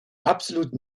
absolut